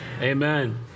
Amen